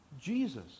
Jesus